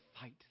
fight